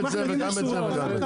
גם זה וגם זה וגם זה.